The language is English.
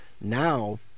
Now